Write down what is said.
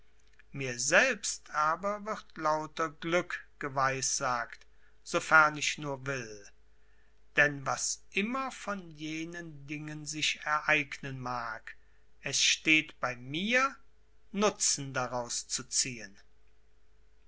mir selbst aber wird lauter glück geweissagt sofern ich nur will denn was immer von jenen dingen sich ereignen mag es steht bei mir nutzen daraus zu ziehen